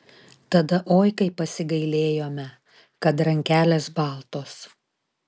tada oi kaip pasigailėjome kad rankelės baltos